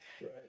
Right